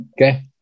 Okay